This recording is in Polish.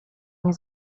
nie